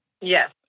Yes